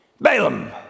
Balaam